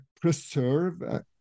preserve